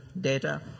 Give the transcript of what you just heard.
data